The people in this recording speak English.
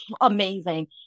amazing